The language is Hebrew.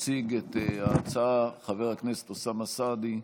יציג את ההצעה חבר הכנסת אוסאמה סעדי,